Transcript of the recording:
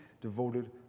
devoted